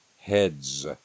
heads